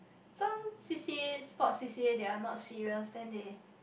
some C_C_A sport C_C_A they are not serious then they